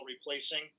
replacing